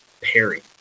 Perry